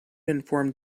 inform